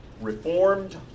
reformed